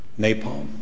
napalm